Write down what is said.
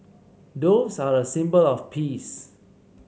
doves are a symbol of peace